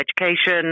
education